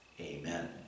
Amen